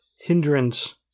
hindrance